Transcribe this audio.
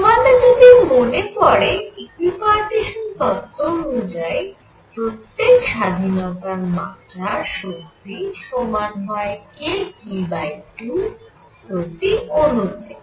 তোমাদের যদি মনে পড়ে ইকুইপার্টিশান তত্ত্ব অনুযায়ী প্রত্যেক স্বাধীনতার মাত্রার শক্তি সমান হয় kT2 প্রতি অণু তে